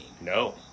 No